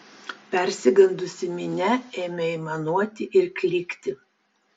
persigandusi minia ėmė aimanuoti ir klykti